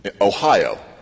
Ohio